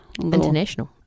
international